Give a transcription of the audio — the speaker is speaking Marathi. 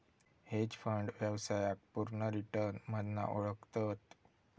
हेज फंड व्यवसायाक पुर्ण रिटर्न मधना ओळखतत